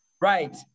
Right